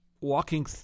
walking